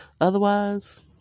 otherwise